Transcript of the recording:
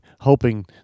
hoping